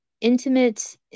intimate